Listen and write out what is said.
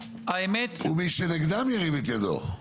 ומי שנגדן ירים את ידו.